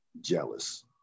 jealous